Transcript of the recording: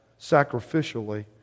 sacrificially